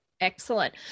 Excellent